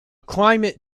climate